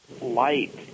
light